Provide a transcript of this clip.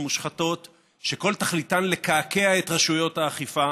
ומושחתות שכל תכליתן לקעקע את רשויות האכיפה